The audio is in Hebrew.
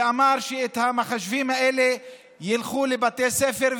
ואמר שהמחשבים האלה ילכו לבתי הספר,